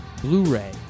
Blu-ray